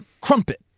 Crumpet